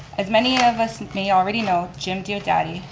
as many of us may already know, jim diodati,